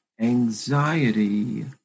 anxiety